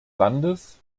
landes